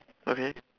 okay